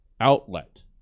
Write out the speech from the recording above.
outlet